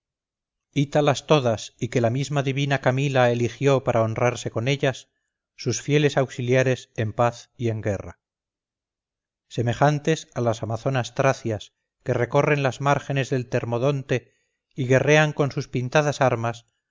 ítalas todas y que la misma divina camila eligió para honrarse con ellas sus fieles auxiliares en paz y en guerra semejantes a las amazonas tracias que recorren las márgenes del termodonte y guerrean con sus pintadas armas